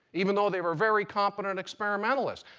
even though they were very competent experimentalists.